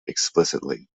explicitly